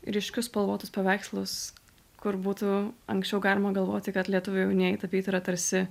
ryškius spalvotus paveikslus kur būtų anksčiau galima galvoti kad lietuvių jaunieji tapyti yra tarsi